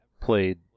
played